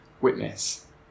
witness